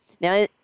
Now